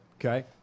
Okay